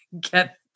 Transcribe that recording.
get